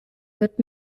wird